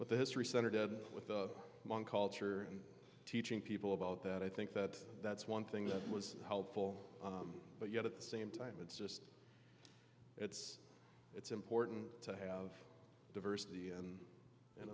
with the history center did with the hmong culture and teaching people about that i think that that's one thing that was helpful but yet at the same time it's just it's it's important to have diversity and in